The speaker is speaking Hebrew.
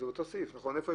יכול להשתמש בסעיף 22(ב) ובסעיף